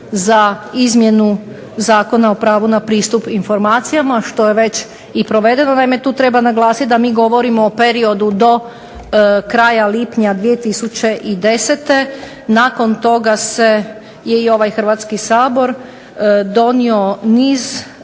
za izmjenu Zakona o pravu na pristup informacijama što je već i provedeno. Naime, tu treba naglasiti da mi govorimo o periodu do kraja lipnja 2010. Nakon toga se, je i ovaj Hrvatski sabor donio niz